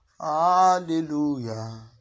Hallelujah